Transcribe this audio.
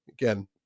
again